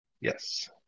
yes